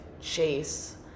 chase